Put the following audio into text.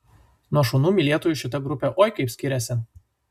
nuo šunų mylėtojų šita grupė oi kaip skiriasi